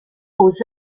aux